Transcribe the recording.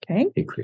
Okay